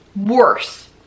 worse